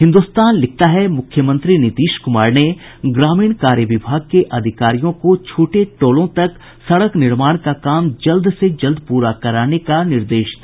हिन्दुस्तान लिखता है मुख्यमंत्री नीतीश कुमार ने ग्रामीण कार्य विभाग के अधिकारियों को छूटे टोलों तक सड़क निर्माण का काम जल्द से जल्द पूरा कराने का निर्देश दिया